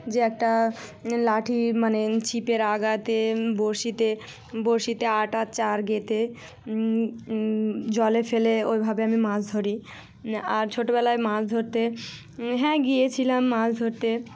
যে একটা লাঠি মানে ছিপের আগাতে বড়শিতে বড়শিতে আটার চার গেঁথে জলে ফেলে ওইভাবে আমি মাছ ধরি আর ছোটোবেলায় মাছ ধরতে হ্যাঁ গিয়েছিলাম মাছ ধরতে